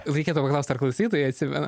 reikėtų paklaust ar klausytojai atsimena